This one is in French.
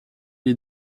est